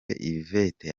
yvette